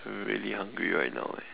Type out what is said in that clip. really hungry right now eh